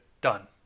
done